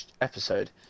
episode